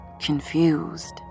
confused